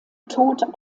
tod